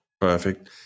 Perfect